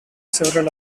several